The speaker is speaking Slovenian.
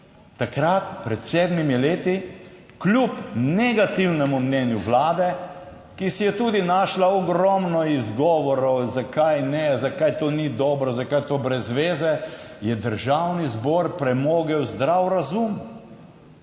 takrat pred sedmimi leti, kljub negativnemu mnenju vlade, ki si je tudi našla ogromno izgovorov zakaj ne, zakaj to ni dobro, zakaj je to brez zveze, je Državni zbor premogel zdrav razum.